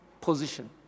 position